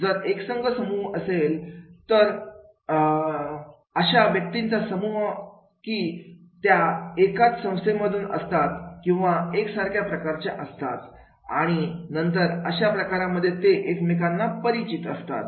जर एकसंघ समूह असेल तर एक सांग समूह म्हणजे अशा व्यक्तींचा समूह की त्या एकाच संस्थेमधून असतात किंवा सारख्या प्रकारच्या असतात आणि नंतर अशा प्रकारांमध्ये ते एकमेकांना परिचित असतात